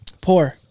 Poor